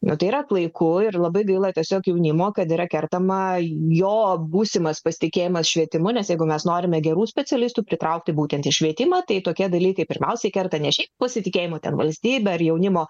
tai yra klaiku ir labai gaila tiesiog jaunimo kad yra kertama jo būsimas pasitikėjimas švietimu nes jeigu mes norime gerų specialistų pritraukti būtent į švietimą tai tokie dalykai pirmiausiai kerta ne šiaip pasitikėjimpasitikėjimu valstybe ir jaunimo